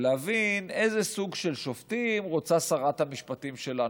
להבין איזה סוג של שופטים רוצה שרת המשפטים שלנו,